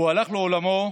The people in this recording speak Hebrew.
הוא הלך לעולמו,